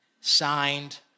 Signed